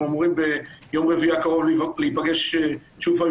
אנחנו אמורים ביום רביעי הקרוב להיפגש שוב עם